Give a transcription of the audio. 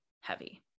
heavy